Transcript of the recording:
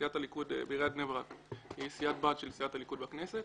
סיעת הליכוד בעיריית בני ברק היא סיעת בת של סיעת הליכוד בכנסת